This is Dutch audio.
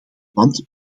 want